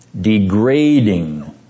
degrading